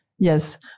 Yes